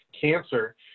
cancer